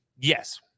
yes